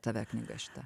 tave knyga šita